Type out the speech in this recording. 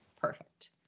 perfect